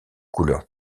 couleurs